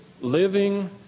living